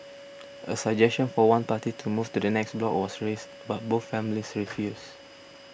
a suggestion for one party to move to the next block was raised but both families refused